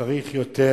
צריך יותר